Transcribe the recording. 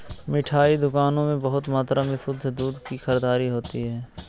मिठाई दुकानों में बहुत मात्रा में शुद्ध दूध की खरीददारी होती है